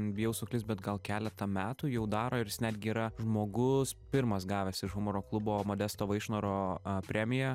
bijau suklyst bet gal keletą metų jau daro ir jis netgi yra žmogus pirmas gavęs iš humoro klubo modesto vaišnoro premiją